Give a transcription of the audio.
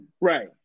Right